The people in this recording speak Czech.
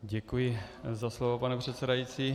Děkuji za slovo, pane předsedající.